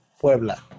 Puebla